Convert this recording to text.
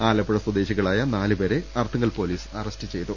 ആലപ്പുഴ സ്വദേശികളായ നാലുപേരെ Arthunkal police arrest ചെയ്തു